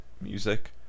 music